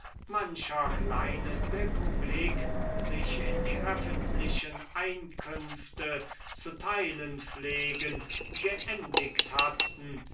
einer kleinen republik sich in die öffentlichen einkünfte zu teilen pflegen geendiget hatten